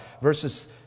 verses